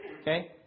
okay